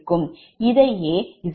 இதைZ1 Z2 இவ்வாறு எழுதலாம்